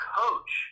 coach